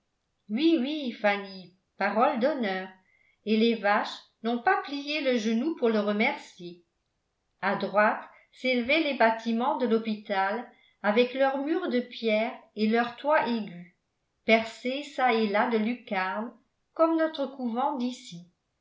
oui oui fanny parole d'honneur et les vaches n'ont pas plié le genou pour le remercier a droite s'élevaient les bâtiments de l'hôpital avec leurs murs de pierre et leurs toits aigus percés çà et là de lucarnes comme notre couvent d'ici